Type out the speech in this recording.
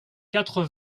quatre